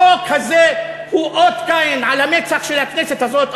החוק הזה הוא אות קין על המצח של הכנסת הזאת,